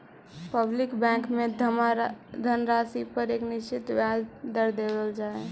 public bank में जमा धनराशि पर एक निश्चित ब्याज दर देल जा हइ